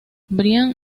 brian